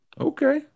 Okay